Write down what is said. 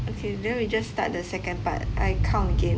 okay then we just start the second part I count again